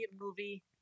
movie